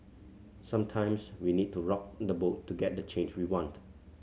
sometimes we need to rock the boat to get the change we want